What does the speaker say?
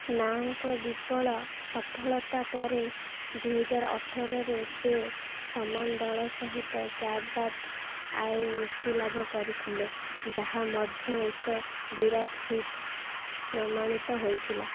ନାହଙ୍କ ବିପୁଳ ସଫଳତା ପରେ ଦୁଇହଜାର ଅଠରରେ ସେ ସମାନ ଦଳ ସହିତ କ୍ୟା ବାତ୍ ଆଏ ମୁକ୍ତିଲାଭ କରିଥିଲେ ଯାହା ମଧ୍ୟ ଏକ ବିରାଟ ହିଟ୍ ପ୍ରମାଣିତ ହେଇଥିଲା